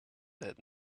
that